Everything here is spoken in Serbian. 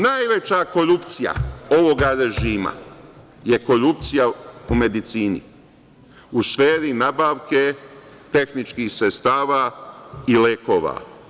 Najveća korupcija ovoga režima je korupcija u medicini, u sferi nabavke tehničkih sredstava i lekova.